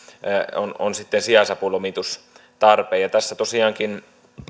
on on sitten sijaisapulomitus tarpeen tässä tosiaankin